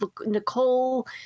Nicole